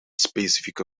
specifieke